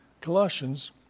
Colossians